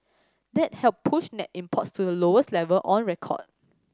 that helped push net imports to the lowest level on record